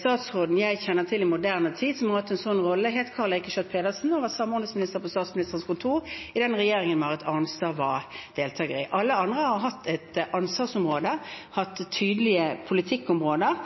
statsråden jeg kjenner til i moderne tid som har hatt en slik rolle, er Karl Eirik Schjøtt-Pedersen, som var samordningsminister ved Statsministerens kontor i den regjeringen Marit Arnstad var deltaker i. Alle andre har hatt et ansvarsområde, hatt tydelige politikkområder.